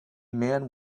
man